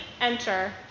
enter